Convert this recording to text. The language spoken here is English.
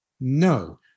No